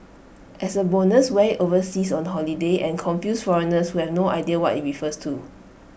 as A bonus wear IT overseas on holiday and confuse foreigners who have no idea what IT refers to